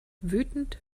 wütend